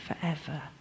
forever